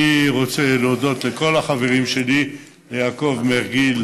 אני רוצה להודות לכל החברים שלי: ליעקב מרגי,